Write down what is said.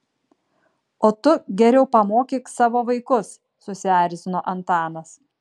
o tu geriau pamokyk savo vaikus susierzino antanas